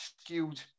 skewed